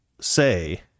say